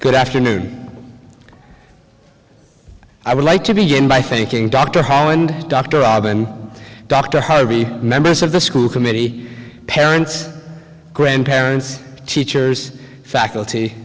good afternoon i would like to begin by thanking dr holland dr robin dr harvey members of the school committee parents grandparents teachers faculty